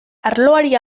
arloari